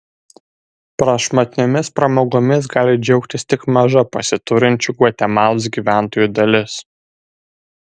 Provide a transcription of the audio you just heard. prašmatniomis pramogomis gali džiaugtis tik maža pasiturinčių gvatemalos gyventojų dalis